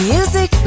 Music